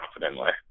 confidently